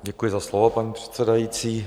Děkuji za slovo, paní předsedající.